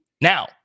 Now